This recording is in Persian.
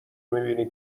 میبینی